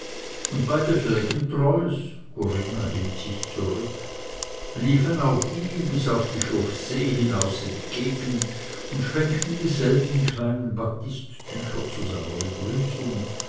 und beide felgentreus corinna hielt sich zurück liefen auch ihm bis auf die chaussee hinaus entgegen und schwenkten dieselben kleinen batisttücher zu seiner begrüßung